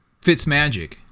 Fitzmagic